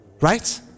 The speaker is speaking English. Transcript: Right